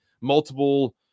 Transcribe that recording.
multiple